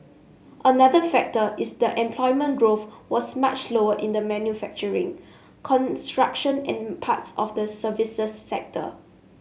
another factor is that employment growth was much slower in manufacturing construction and parts of the services sector